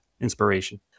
inspiration